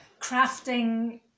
crafting